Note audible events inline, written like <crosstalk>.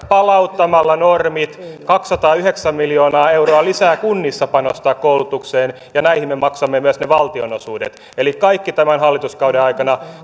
<unintelligible> palauttamalla normit kaksisataayhdeksän miljoonaa euroa lisää kunnissa panostamaan koulutukseen ja näihin me maksamme myös ne valtionosuudet eli kaikki tämän hallituskauden aikana <unintelligible>